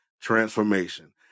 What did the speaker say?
transformation